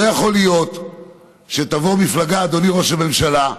לא יכול להיות שתבוא מפלגה, אדוני ראש הממשלה,